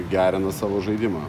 gerina savo žaidimą